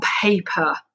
paper